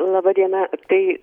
laba diena tai